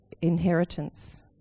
inheritance